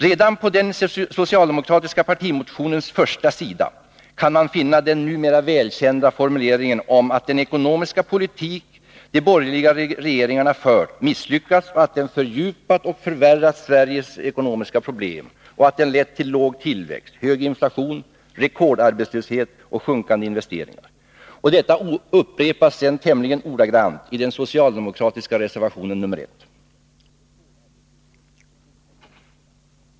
Redan på den socialdemokratiska partimotionens första sida kan man finna de numera välkända formuleringarna att den ekonomiska politik de borgerliga regeringarna fört ”misslyckats”, att den ”fördjupat och förvärrat Sveriges ekonomiska problem” och att den ”lett till låg tillväxt, hög inflation, rekordarbetslöshet och sjunkande investeringar”. Och detta upprepas sedan tämligen ordagrant i den socialdemokratiska reservationen nr 1.